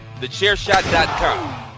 TheChairShot.com